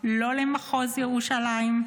לא למחוז ירושלים,